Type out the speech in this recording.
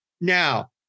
Now